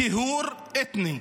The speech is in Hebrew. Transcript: טיהור אתני,